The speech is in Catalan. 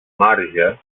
marge